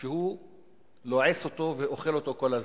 שהוא לועס אותו ואוכל אותו כל הזמן.